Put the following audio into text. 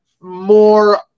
more